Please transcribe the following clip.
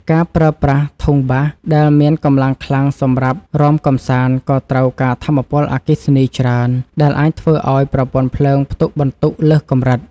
ការប្រើប្រាស់ធុងបាសដែលមានកម្លាំងខ្លាំងសម្រាប់រាំកម្សាន្តក៏ត្រូវការថាមពលអគ្គិសនីច្រើន ដែលអាចធ្វើឱ្យប្រព័ន្ធភ្លើងផ្ទុកបន្ទុកលើសកម្រិត។